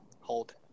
Hold